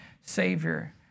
Savior